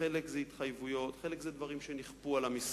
חלק זה התחייבויות וחלק זה דברים שנכפו על המשרד.